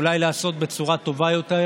אולי להיעשות בצורה טובה יותר,